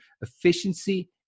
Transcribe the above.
efficiency